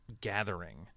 gathering